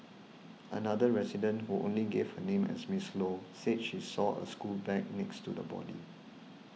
another resident who only gave her name as Miss Low said she saw a school bag next to the body